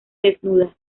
desnuda